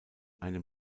einem